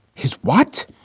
his what?